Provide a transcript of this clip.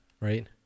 right